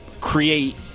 create